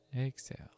exhale